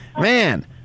Man